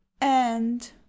And